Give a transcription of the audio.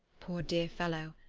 poor dear fellow!